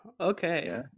Okay